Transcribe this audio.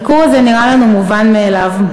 הביקור הזה נראה לנו מובן מאליו.